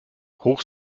hoch